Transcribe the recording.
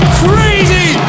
crazy